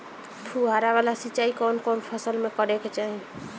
फुहारा वाला सिंचाई कवन कवन फसल में करके चाही?